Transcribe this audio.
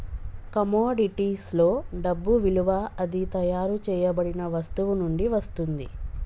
కమోడిటీస్లో డబ్బు విలువ అది తయారు చేయబడిన వస్తువు నుండి వస్తుంది